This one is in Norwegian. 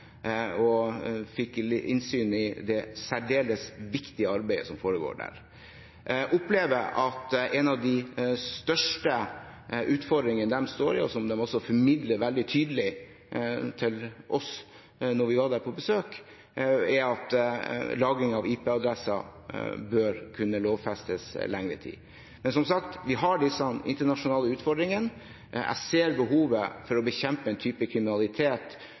og fikk innsyn i det særdeles viktige arbeidet som foregår der. Jeg opplever at en av de største utfordringene de står overfor, og som de formidlet veldig tydelig til oss da vi var der på besøk, er at lagring av IP-adresser i lengre tid bør kunne lovfestes. Men, som sagt, vi har disse internasjonale utfordringene. Jeg ser behovet for å bekjempe en type kriminalitet